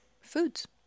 foods